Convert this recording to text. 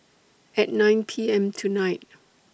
At nine P M tonight